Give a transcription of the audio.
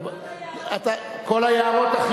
את כל היערות.